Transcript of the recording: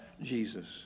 Jesus